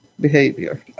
behavior